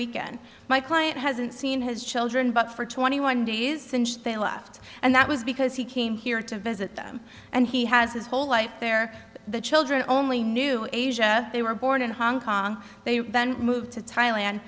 weekend my client hasn't seen his children but for twenty one days since they left and that was because he came here to visit them and he has his whole life there the children only knew asia they were born in hong kong they then moved to thailand